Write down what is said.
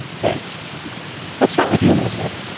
thanks let's start with you, elizabeth.